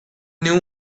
knew